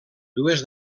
dues